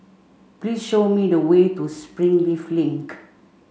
please show me the way to Springleaf Link